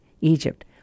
Egypt